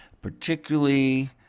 particularly